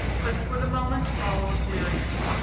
but for the moment all was weariness.